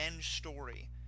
story